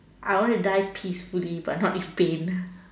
I want to die peacefully but not this pain